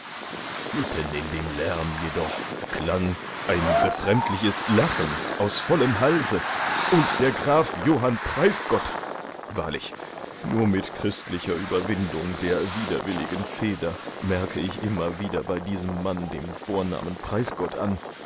mitten in den lärm jedoch klang ein befremdliches lachen aus vollem halse und der graf johann preisgott wahrlich nur mit christlicher überwindung der widerwilligen feder merke ich immer wieder bei diesem mann den vornamen preisgott an